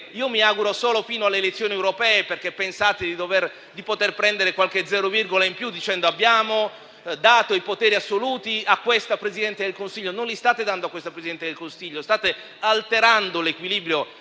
che sia così solo fino alle elezioni europee, perché pensate di poter prendere qualche "zero virgola" in più dicendo che avete dato i poteri assoluti a questa Presidente del Consiglio. Non li state dando a questo Presidente del Consiglio: state alterando l'equilibrio